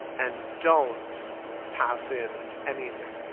and don't pass in anything.